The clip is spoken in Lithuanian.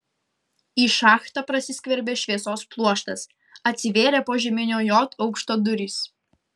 į šachtą prasiskverbė šviesos pluoštas atsivėrė požeminio j aukšto durys